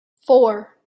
four